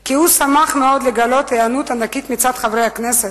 כי הוא שמח מאוד לגלות היענות ענקית מצד חברי הכנסת,